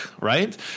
right